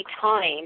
time